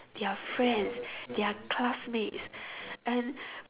their friends their classmates and